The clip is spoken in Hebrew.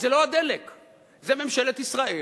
אז זה לא הדלק, זה ממשלת ישראל,